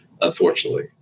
unfortunately